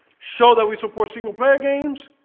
show that we support single player games